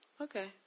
Okay